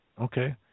Okay